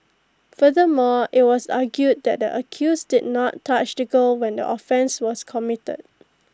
furthermore IT was argued that the accused did not touch the girl when the offence was committed